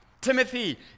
Timothy